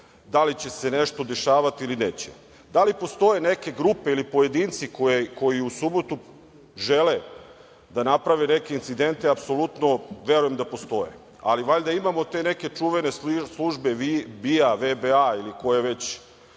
da li će se nešto dešavati ili neće. Da li postoje neke grupe ili pojedinci koji u subotu žele da naprave neke incidente, apsolutno verujem da postoje. Valjda imamo te neke čuvene službe BIA, VBA ili koje već